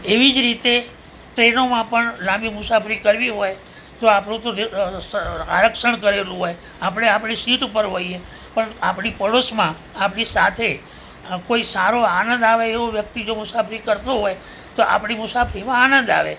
એવી જ રીતે ટ્રેનોમાં પણ લાંબી મુસાફરી કરવી હોય તો આપણું તો આરક્ષણ કરેલું હોય આપણે આપણે સિટ ઉપર હોઈએ પણ આપણી પડોશમાં આપણી સાથે કોઈ સારો આનંદ આવે એવો વ્યક્તિ મુસાફરી કરતો હોય તો આપણી મુસાફરીમાં આનંદ આવે